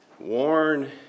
Worn